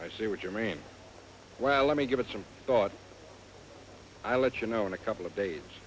i see what you mean well let me give it some thought i'll let you know in a couple of days